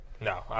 No